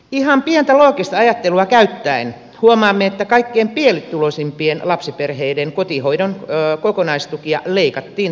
ihan pientä loogista ajattelua käyttäen huomaamme että kaikkein pienituloisimpien lapsiperheiden kotihoidon kokonaistukia leikattiin tuolloin rajusti